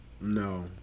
No